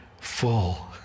full